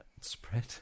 Spread